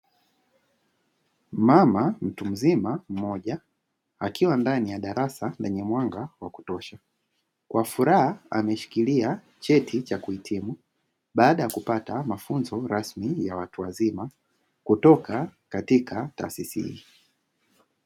Mama mtu mzima mmoja akiwa ndani ya darasa lenye mwanga wa kutosha, kwa furaha ameshikilia cheti cha kuhitimu baada ya kupata mafunzo rasmi ya watu wazima kutoka katika taasisi hii.